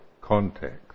context